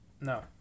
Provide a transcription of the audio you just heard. No